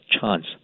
chance